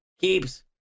keeps